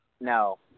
No